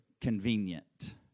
convenient